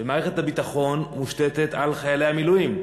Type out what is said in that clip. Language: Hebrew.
ומערכת הביטחון מושתתת על חיילי המילואים.